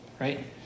right